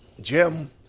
Jim